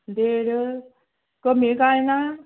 देड कमी कांय ना